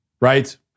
right